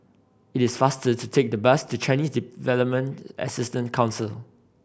it is faster to take the bus to Chinese Development Assistance Council